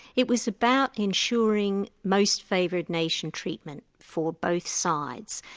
it was about ensuring most favoured nation treatment for both sides,